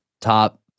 top